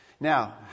Now